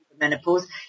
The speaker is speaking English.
menopause